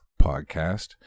podcast